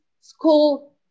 school